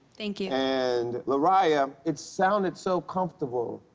thank you. and, larriah, it sounded so comfortable.